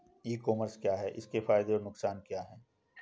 ई commerce क्या है इसके फायदे और नुकसान क्या है?